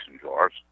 jars